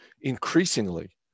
Increasingly